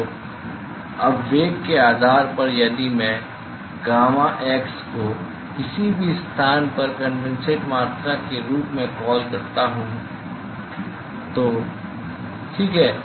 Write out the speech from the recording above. तो अब वेग के आधार पर यदि मैं gamma x को किसी भी स्थान पर कंडेनसेट मात्रा के रूप में कॉल करता हूं तो ठीक है